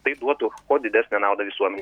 tai duotų kuo didesnę naudą visuomenei